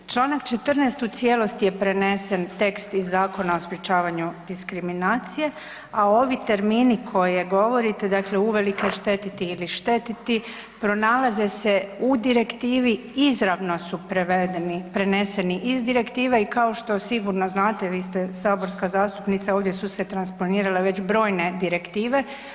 Čl. 14.u cijelosti je prenesen tekst iz Zakona o sprečavanju diskriminacije, a ovi termini koje govorite dakle uvelike štetiti ili štetiti, pronalaze se u direktivi izravno su preneseni iz direktive i kao što sigurno znate, vi ste saborska zastupnice ovdje su se transponirale već brojne direktive.